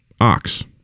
Ox